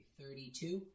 thirty-two